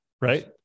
right